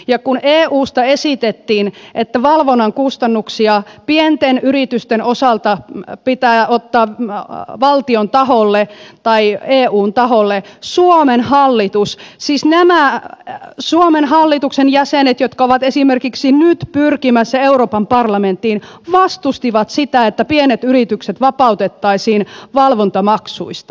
ja kun eusta esitettiin että valvonnan kustannuksia pienten yritysten osalta pitää ottaa valtion taholle tai eun taholle suomen hallitus siis nämä suomen hallituksen jäsenet jotka ovat esimerkiksi nyt pyrkimässä euroopan parlamenttiin vastustivat sitä että pienet yritykset vapautettaisiin valvontamaksuista